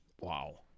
Wow